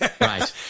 Right